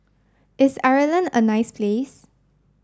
is Ireland a nice place